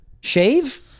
shave